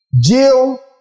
Jill